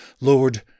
Lord